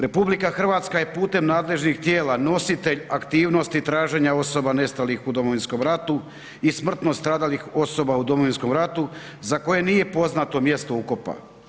RH je putem nadležnih tijela nositelj aktivnosti traženja osoba nestalih u Domovinskom ratu i smrtno stradalih osoba u Domovinskom ratu za koje nije poznato mjesto ukopa.